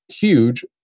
huge